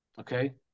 okay